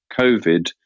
COVID